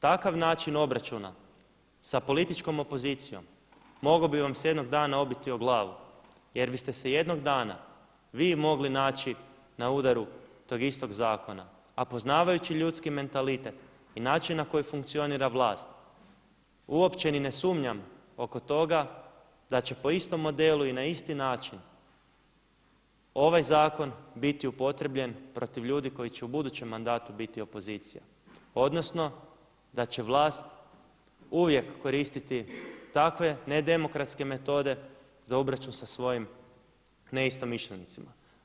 Takav način obračuna sa političkom opozicijom mogao bi vam se jednog dana obiti o glavu jer biste se jednog dana vi mogli način na udaru tog istog zakona, a poznavajući ljudski mentalitet i način na koji funkcionira vlast uopće ni ne sumnjam oko toga da će po istom modelu i na isti način ovaj zakon biti upotrijebljen protiv ljudi koji će u budućem mandatu biti opozicija, odnosno da će vlast uvijek koristiti takve ne demokratske metode za obračun sa svojim neistomišljenicima.